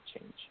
change